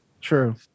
true